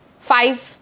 five